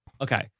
Okay